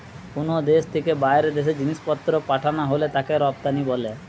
কুনো দেশ থিকে বাইরের দেশে জিনিসপত্র পাঠানা হলে তাকে রপ্তানি বলে